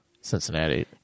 Cincinnati